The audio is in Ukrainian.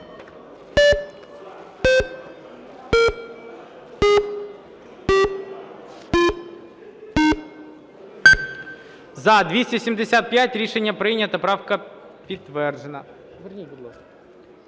За-275 Рішення прийнято. Правка підтверджена.